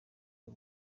b’u